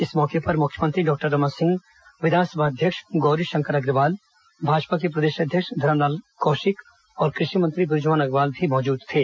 इस मौके पर मुख्यमंत्री डॉक्टर रमन सिंह विधानसभा अध्यक्ष गौरीशंकर अग्रवाल भाजपा के प्रदेश अध्यक्ष धरमलाल कौशिक कृषि मंत्री बृजमोहन अग्रवाल मौजूद थे